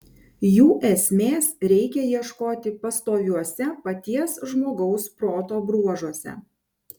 jų esmės reikia ieškoti pastoviuose paties žmogaus proto bruožuose